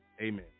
Amen